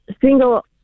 single